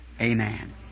Amen